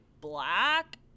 black